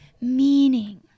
meaning